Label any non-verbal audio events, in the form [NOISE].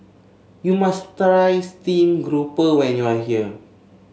you must [UNINTELLIGIBLE] stream grouper when you are here